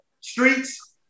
Streets